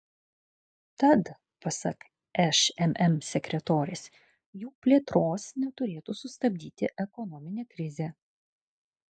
tad pasak šmm sekretorės jų plėtros neturėtų sustabdyti ekonominė krizė